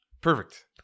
Perfect